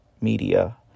media